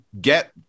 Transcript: get